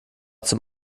zum